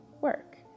work